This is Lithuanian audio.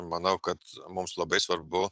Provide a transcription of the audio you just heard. manau kad mums labai svarbu